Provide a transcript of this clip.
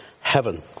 heaven